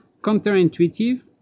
counterintuitive